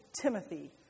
Timothy